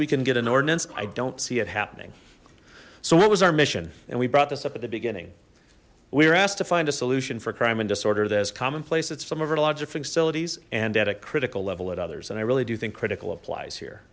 we can get an ordinance i don't see it happening so what was our mission and we brought this up at the beginning we were asked to find a solution for crime and disorder there's commonplace it's from over to larger facilities and at a critical level at others and i really do think critical applies here